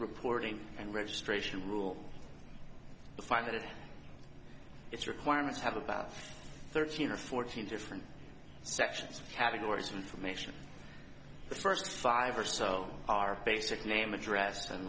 reporting and registration rule i find that its requirements have about thirteen or fourteen different sections of categories information the first five or so are basic name address and